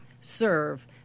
serve